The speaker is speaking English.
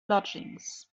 lodgings